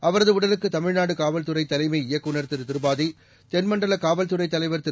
அவரது உடலுக்கு தமிழ்நாடு காவல்துறை தலைமை இயக்குநர் திரு திரிபாதி தென்மண்டல காவல்துறை தலைவர் திரு